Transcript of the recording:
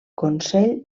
consell